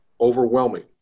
overwhelming